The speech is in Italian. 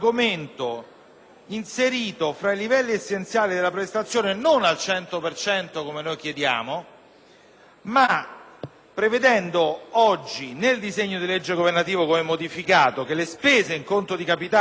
ma prevedendo, nel disegno di legge governativo come modificato, che le spese in conto capitale vedano la propria perequazione sul fabbisogno standard (e quindi al cento